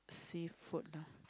seafood ah